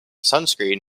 sunscreen